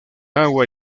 agua